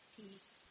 peace